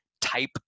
type